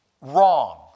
wrong